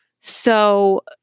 So-